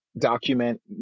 document